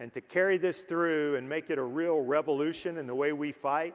and to carry this through and make it a real revolution in the way we fight.